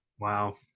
Wow